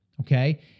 okay